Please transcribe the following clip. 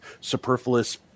superfluous